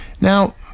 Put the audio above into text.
Now